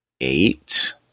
eight